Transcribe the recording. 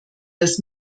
das